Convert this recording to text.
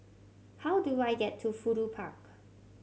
how do I get to Fudu Park